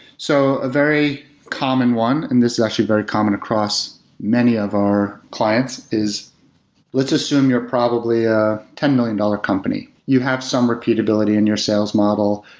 so very common one, and this is actually very common across many of our clients, is let's assume you're probably a ten million dollars company. you have some repeatability in your sales model.